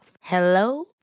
Hello